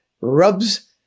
rubs